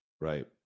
Right